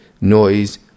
noise